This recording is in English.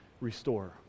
restore